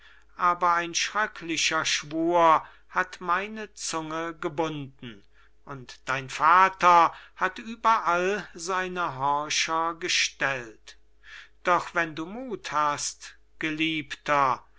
aber ein schrecklicher schwur hat meine zunge gebunden und dein vater hat überall seine horcher gestellt doch wenn du muth hast geliebter